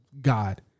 God